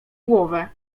głowę